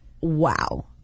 Wow